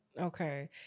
Okay